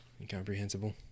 Incomprehensible